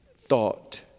thought